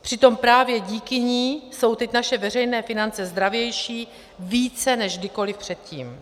Přitom právě díky ní jsou teď naše veřejné finance zdravější, více než kdykoli předtím.